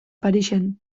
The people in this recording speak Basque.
parisen